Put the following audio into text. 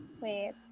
Wait